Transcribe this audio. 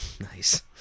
Nice